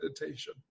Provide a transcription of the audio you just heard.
meditation